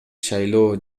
шайлоо